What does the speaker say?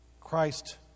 Christ